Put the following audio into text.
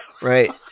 right